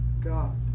God